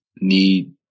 need